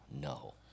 no